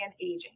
aging